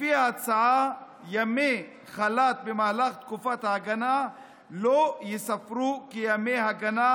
לפי ההצעה ימי חל"ת במהלך תקופת ההגנה לא ייספרו כימי הגנה,